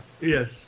yes